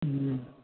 ہوں